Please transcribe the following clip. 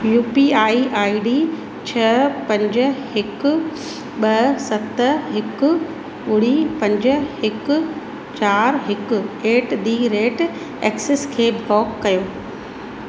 U P I I D छह पंज हिक ॿ सत हिकु ॿुड़ी पंज हिकु चारि हिकु ऐट दी रेट एक्सीस खे ब्लॉक कयो